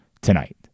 tonight